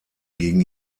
gegen